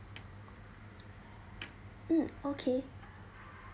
mm okay